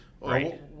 Right